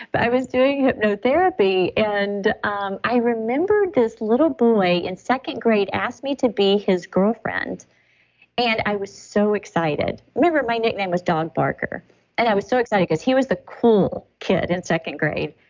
but i was doing hypnotherapy and um i remember this little boy in second grade asked me to be his girlfriend and i was so excited. i remember my nickname was dog barker and i was so excited because he was the cool kid in second grade.